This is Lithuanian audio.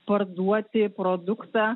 parduoti produktą